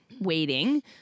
waiting